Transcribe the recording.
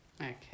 Okay